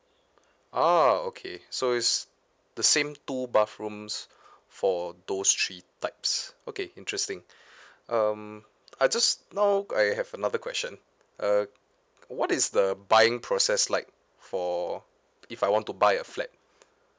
ah okay so it's the same two bathrooms for those three types okay interesting um I just now I have another question uh what is the buying process like for if I want to buy a flat